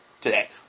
today